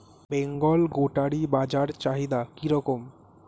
Bengal goatery বাজার চাহিদা কি রকম?